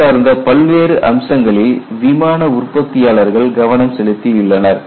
இது சார்ந்த பல்வேறு அம்சங்களில் விமான உற்பத்தியாளர்கள் கவனம் செலுத்தியுள்ளனர்